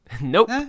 Nope